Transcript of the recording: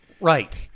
Right